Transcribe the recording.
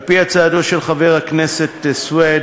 הצעתו של חבר הכנסת סוייד,